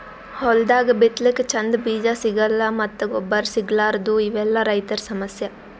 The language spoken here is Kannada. ಹೊಲ್ದಾಗ ಬಿತ್ತಲಕ್ಕ್ ಚಂದ್ ಬೀಜಾ ಸಿಗಲ್ಲ್ ಮತ್ತ್ ಗೊಬ್ಬರ್ ಸಿಗಲಾರದೂ ಇವೆಲ್ಲಾ ರೈತರ್ ಸಮಸ್ಯಾ